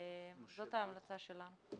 זאת ההמלצה שלנו.